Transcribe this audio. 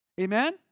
Amen